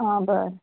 आ बरें